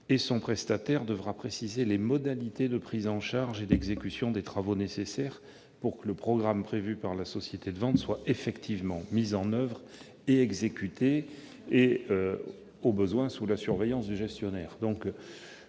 et son prestataire devra préciser les modalités de prise en charge et d'exécution des travaux nécessaires pour que le programme prévu par la société de vente soit effectivement mis en oeuvre et exécuté, au besoin sous la surveillance du gestionnaire.